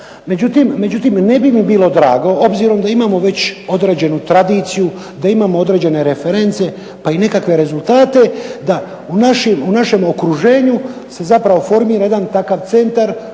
Međutim ne bi mi bilo drago, obzirom da imamo već određenu tradiciju, da imamo određene reference pa i nekakve rezultate, da u našem okruženju se zapravo formira jedan takav centar